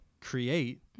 create